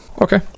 Okay